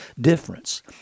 difference